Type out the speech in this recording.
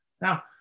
Now